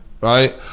right